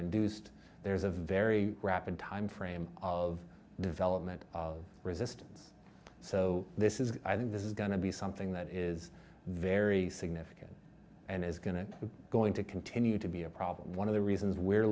induced there's a very rapid timeframe of development of resistance so this is i think this is going to be something that is very significant and is going to going to continue to be a problem one of the reasons we're